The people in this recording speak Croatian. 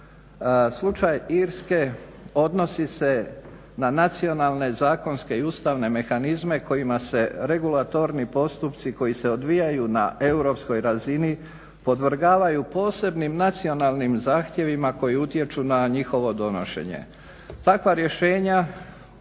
Slučaj Irske odnosi se na nacionalne zakonske i ustavne mehanizme kojima se regulatorni postupci koji se odvijaju na europskoj razini podvrgavaju posebnim nacionalnim zahtjevima koji utječu na njihovo donošenje. Takva rješenja